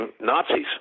Nazis